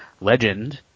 Legend